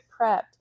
prepped